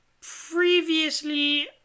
previously